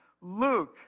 Luke